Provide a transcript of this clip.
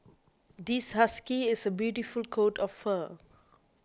this husky has a beautiful coat of fur